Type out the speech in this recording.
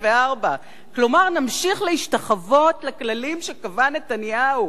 כלומר נמשיך להשתחוות לכללים שקבע נתניהו.